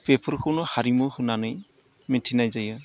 बेफोरखौनो हारिमु होननानै मिथिनाय जायो